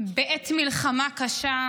בעת מלחמה קשה,